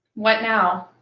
what now?